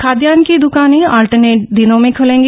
खाद्यान की दुकाने अल्टरनेट दिनों में खुलेंगी